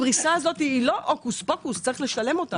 הפריסה הזאת היא לא הוקוס פוקוס, צריך לשלם אותה.